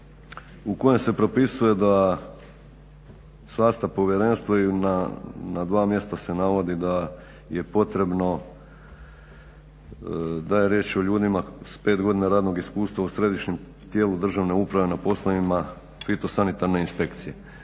u kojem se propisuje da sastav povjerenstva i na dva mjesta se navodi da je potrebno, da je riječ o ljudima s 5 godina radnog iskustva u središnjem tijelu državne uprave na poslovima fitosanitarne inspekcije.